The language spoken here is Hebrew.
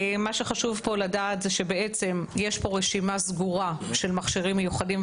מה שחשוב פה לדעת זה שיש פה רשימה סגורה של מכשירים מיוחדים,